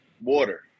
water